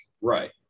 Right